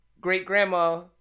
great-grandma